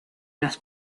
las